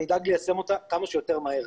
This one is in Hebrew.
אני אדאג ליישם אותה כמה שיותר מהר.